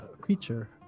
creature